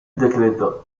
decreto